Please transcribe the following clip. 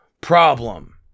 problem